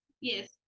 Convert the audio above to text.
yes